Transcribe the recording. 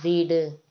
வீடு